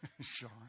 Sean